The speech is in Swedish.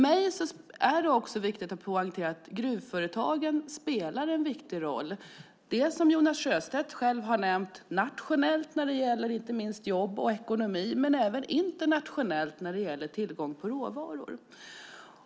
Det är också viktigt att poängtera att gruvföretagen spelar en viktig roll nationellt, som Jonas Sjöstedt nämnde, inte minst när det gäller jobb och ekonomi, och internationellt när det gäller tillgång på råvaror.